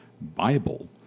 Bible